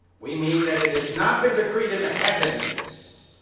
we mean that it is not been decreed in the heavens